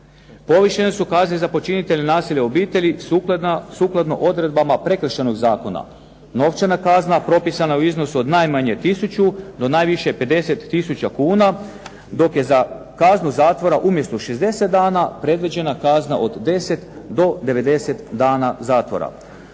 Povišene su kazne za počinitelje nasilja u obitelji sukladno odredbama Prekršajnog zakona. Novčana kazna propisana je u iznosu od najmanje tisuću do najviše 50 tisuća kuna dok je za kaznu zatvora umjesto 60 dana predviđena kazna od 10 do 90 dana zatvora.